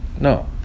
No